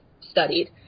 studied